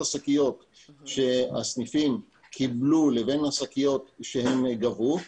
השקיות שהסניפים קיבלו לבין השקיות שבגינן הם גבו,